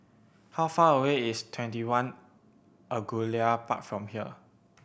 how far away is TwentyOne Angullia Park from here